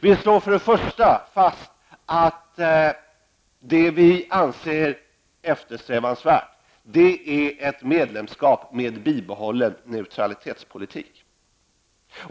Vi slår för det första fast att ett medlemskap med bibehållen neutralitetspolitik är eftersträvansvärt.